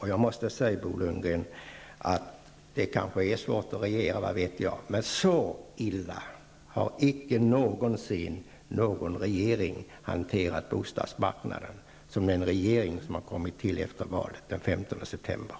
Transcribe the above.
Och jag måste säga, Bo Lundgren, att det kanske är svårt att regera, vad vet jag, men så illa som den regering som har tillträtt efter valet den 15 september har hanterat bostadsmarknaden har icke någonsin någon regering gjort tidigare.